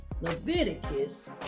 Leviticus